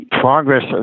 progress